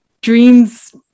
dreams